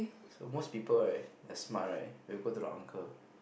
so most people right that smart right will go to the uncle